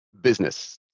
business